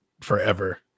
forever